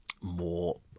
more